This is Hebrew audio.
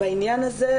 בעניין הזה,